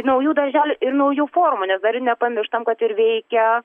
naujų darželių ir naujų formų nes dar nepamirštam kad ir veikia